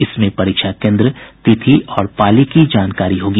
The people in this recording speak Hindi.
इसमें परीक्षा केन्द्र तिथि और पाली की जानकारी होगी